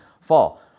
fall